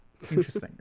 Interesting